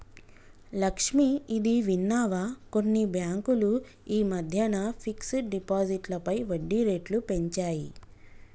లక్ష్మి, ఇది విన్నావా కొన్ని బ్యాంకులు ఈ మధ్యన ఫిక్స్డ్ డిపాజిట్లపై వడ్డీ రేట్లు పెంచాయి